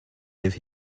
live